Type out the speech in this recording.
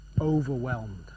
overwhelmed